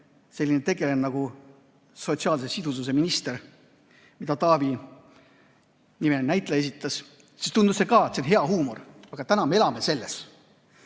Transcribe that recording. selline tegelane nagu sotsiaalse sidususe minister, keda Taavi-nimeline näitleja esitas, siis tundus ka see olevat hea huumor. Aga täna me elame selles.